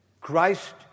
Christ